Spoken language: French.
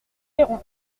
piron